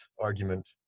argument